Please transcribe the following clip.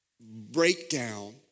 breakdown